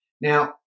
Now